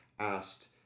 asked